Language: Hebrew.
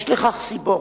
יש לכך סיבות,